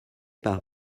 par